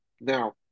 now